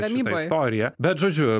šitą istoriją bet žodžiu